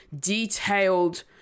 detailed